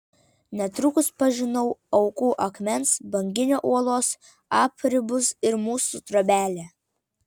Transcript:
netrukus pažinau aukų akmens banginio uolos apribus ir mūsų trobelę